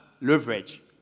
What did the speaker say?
leverage